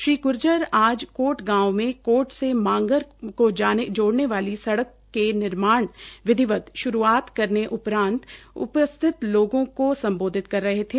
श्री गूर्जर आज कोट गांव में कोट से मांगर को जोड़ने वाली सड़की की विधिवत श्रूआत करने उपरान्त उपस्थित लोगों को सम्बोधित कर रहे थे